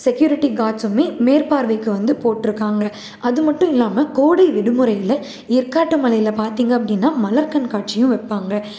security காட்ஸும் மேற்பார்வைக்கு வந்து போட்டுருக்காங்க அது மட்டும் இல்லாமல் கோடை விடுமுறையில் ஏற்காட்டு மலையில் பார்த்திங்க அப்படின்னா மலர் கண்காட்சியும் வைப்பாங்க